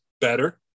better